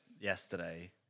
yesterday